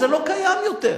זה לא קיים יותר.